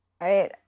right